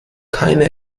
keine